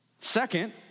Second